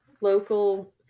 local